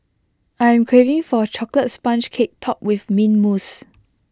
I am craving for A Chocolate Sponge Cake Topped with Mint Mousse